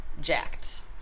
jacked